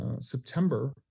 September